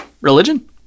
Religion